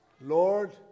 Lord